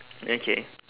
okay